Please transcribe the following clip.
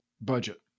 budget